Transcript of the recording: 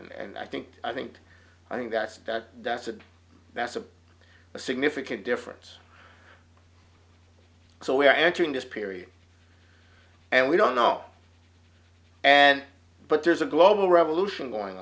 and i think i think i think that that's a that's a significant difference so we're entering this period and we don't know and but there's a global revolution going